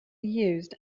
used